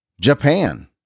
Japan